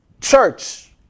church